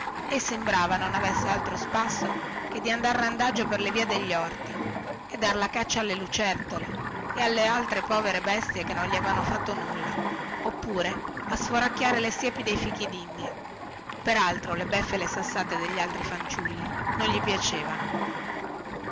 ei sembrava non avesse altro spasso che di andar randagio per le vie degli orti a dar la caccia a sassate alle povere lucertole le quali non gli avevano fatto nulla oppure a sforacchiare le siepi dei fichidindia per altro le beffe e le sassate degli altri fanciulli non gli piacevano